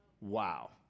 Wow